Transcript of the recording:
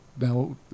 Now